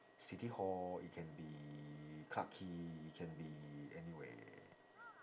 city hall it can be clarke quay it can be anywhere